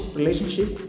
relationship